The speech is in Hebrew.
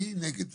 אני נגד זה.